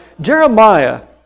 Jeremiah